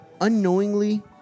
unknowingly